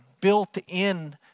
built-in